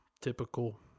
typical